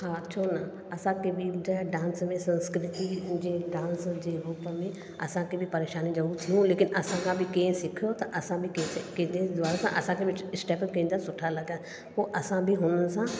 हा छो न असांखे बि जंहिं डांस में संस्कृति जे डांस जे रूप में असांखे बि परेशानी थियूं लेकिनि असां खां बि केरु सिखियो त असां बि कंहिं सां केंदे द्वार सां असांखे बि स्टैप पंहिंजा सुठा लॻा पोइ असां बि हुननि सां